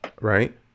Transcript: right